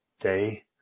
Day